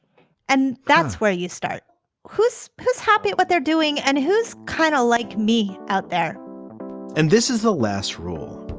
and that's where you start who's who's happy, what they're doing and who's kind of like me out there and this is the last rule.